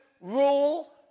rule